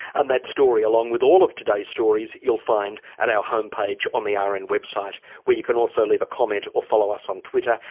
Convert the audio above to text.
and that story along with all of today's stories you'll find at our homepage on the rn and website where you can also leave a comment or follow us on twitter,